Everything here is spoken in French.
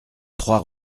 trois